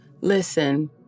Listen